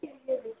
یہ